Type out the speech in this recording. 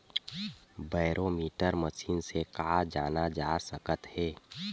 Barometer machine से का जाना जा सकत हे?